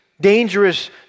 dangerous